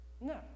No